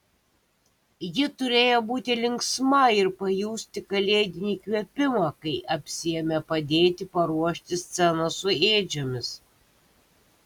ji turėjo būti linksma ir pajusti kalėdinį įkvėpimą kai apsiėmė padėti paruošti sceną su ėdžiomis